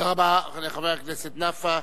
רבה לחבר הכנסת נפאע.